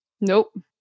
Nope